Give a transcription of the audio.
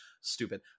Stupid